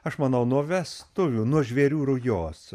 aš manau nuo vestuvių nuo žvėrių rujos